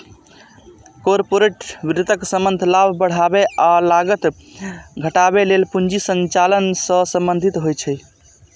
corporate वित्तक संबंध लाभ बढ़ाबै आ लागत घटाबै लेल पूंजी संचालन सं संबंधित होइ छै